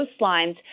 coastlines